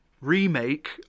remake